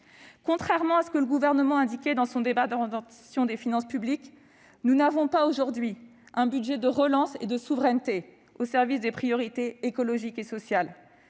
Contrairement à ce que le Gouvernement indiquait dans le cadre du débat d'orientation des finances publiques, nous n'avons pas aujourd'hui un « budget de relance et de souveraineté au service des priorités écologiques et sociales